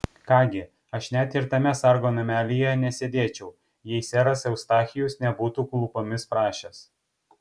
ką gi aš net ir tame sargo namelyje nesėdėčiau jei seras eustachijus nebūtų klūpomis prašęs